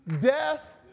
death